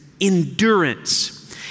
endurance